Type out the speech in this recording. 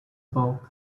bulk